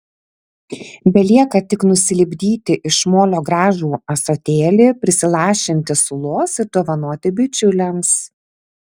belieka tik nusilipdyti iš molio gražų ąsotėlį prisilašinti sulos ir dovanoti bičiuliams